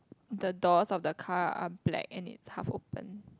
the doors of the car are black and is half open